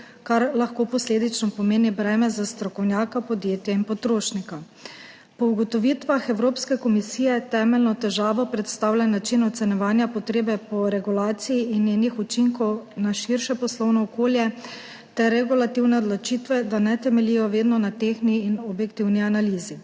kar lahko posledično pomeni breme za strokovnjaka, podjetje in potrošnika. Po ugotovitvah Evropske komisije temeljno težavo predstavlja način ocenjevanja potrebe po regulaciji in njenih učinkov na širše poslovno okolje ter regulativne odločitve, da ne temeljijo vedno na tehtni in objektivni analizi.